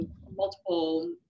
multiple